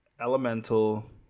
Elemental